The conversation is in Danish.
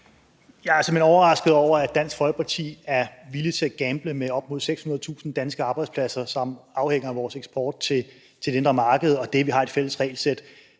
hen overrasket over, at Dansk Folkeparti er villig til at gamble med op mod 600.000 danske arbejdspladser, som afhænger af vores eksport til det indre marked og det, at vi har et fælles regelsæt.